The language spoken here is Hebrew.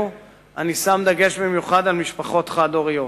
אני שם דגש במיוחד על משפחות חד-הוריות.